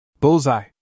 Bullseye